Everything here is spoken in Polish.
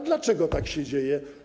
Dlaczego tak się dzieje?